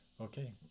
Okay